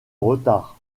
retard